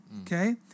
Okay